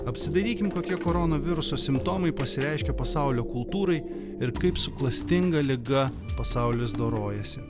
apsidairykim kokie koronaviruso simptomai pasireiškė pasaulio kultūrai ir kaip su klastinga liga pasaulis dorojasi